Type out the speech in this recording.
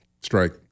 strike